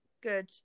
good